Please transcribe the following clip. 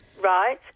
Right